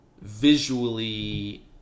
visually